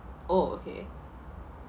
oh okay